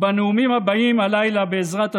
בנאומים הבאים הלילה, בעזרת השם,